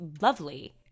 lovely